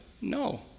no